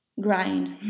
grind